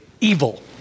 evil